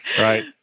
Right